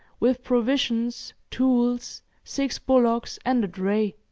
with provisions, tools, six bullocks and a dray.